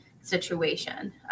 situation